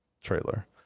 trailer